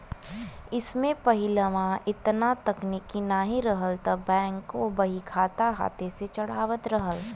जइसे पहिलवा एतना तकनीक नाहीं रहल त बैंकों बहीखाता हाथे से चढ़ावत रहल